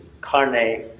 carne